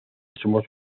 somos